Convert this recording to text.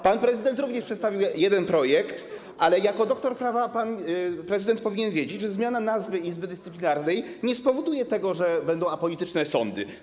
Pan prezydent również przedstawił jeden projekt, ale jako doktor prawa pan prezydent powinien wiedzieć, że zmiana nazwy Izby Dyscyplinarnej nie spowoduje tego, że będą apolityczne sądy.